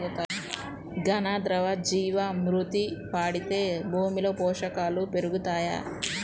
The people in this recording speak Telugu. ఘన, ద్రవ జీవా మృతి వాడితే భూమిలో పోషకాలు పెరుగుతాయా?